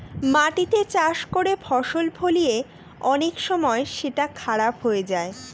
মাটিতে চাষ করে ফসল ফলিয়ে অনেক সময় সেটা খারাপ হয়ে যায়